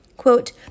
Quote